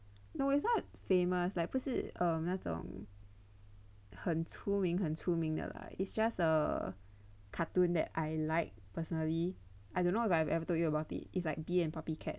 no it's not famous like 不是 um 那种很出名很出名的 like it's just a cartoon that I like personally I don't know if I've ever told you about it it's like Bee and PuppyCat